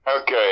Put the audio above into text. Okay